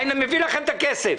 אביא לכם את הכסף.